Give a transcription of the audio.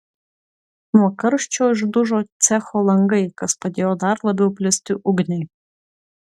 nuo karščio išdužo cecho langai kas padėjo dar labiau plisti ugniai